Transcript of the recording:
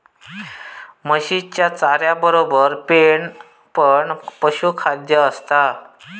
म्हशीच्या चाऱ्यातबरोबर पेंड पण पशुखाद्य असता